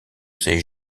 ses